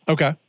Okay